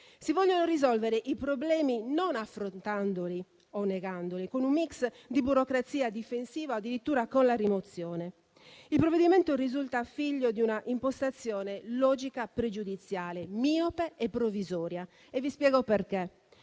Si vogliono risolvere i problemi non affrontandoli o negandoli, con un *mix* di burocrazia difensiva o addirittura con la rimozione. Il provvedimento risulta figlio di un'impostazione logica pregiudiziale, miope e provvisoria; e vi spiego perché.